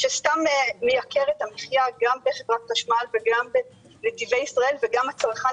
שסתם מייקר את המחיה גם בחברת חשמל וגם בנתיבי ישראל וגם הצרכן